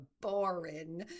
boring